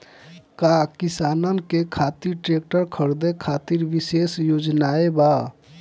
का किसानन के खातिर ट्रैक्टर खरीदे खातिर विशेष योजनाएं बा?